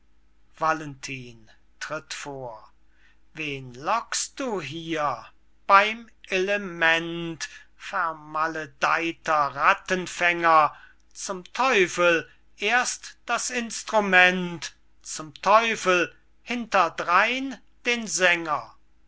valentin tritt vor wen lockst du hier beym element vermaledeyter rattenfänger zum teufel erst das instrument zum teufel hinter drein den sänger